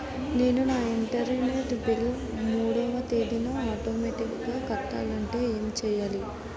నేను నా internet bill మూడవ తేదీన ఆటోమేటిగ్గా కట్టాలంటే ఏం చేయాలి?